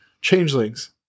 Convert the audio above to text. changelings